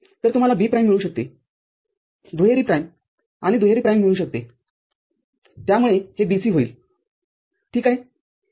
तरतुम्हाला B प्राइममिळू शकते दुहेरी प्राइम आणि C दुहेरी प्राइममिळू शकतेत्यामुळे हे BC होईल ठीक आहे